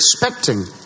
expecting